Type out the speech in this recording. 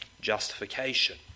justification